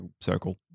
circle